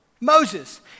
Moses